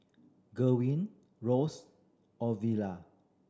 Gwen Ross Ovila